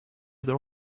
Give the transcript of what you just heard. their